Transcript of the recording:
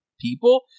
people